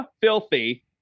Filthy